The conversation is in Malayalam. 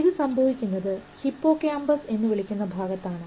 ഇത് സംഭവിക്കുന്നത് ഹിപ്പോകാമ്പസ് എന്ന് വിളിക്കുന്ന ഭാഗത്താണ്